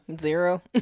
Zero